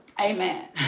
amen